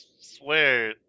swear